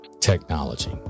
technology